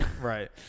Right